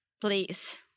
please